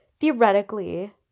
theoretically